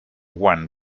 won